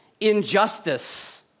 injustice